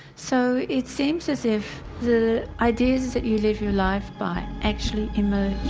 so it seems as if the ideas that you live your life by actually emerge.